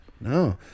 no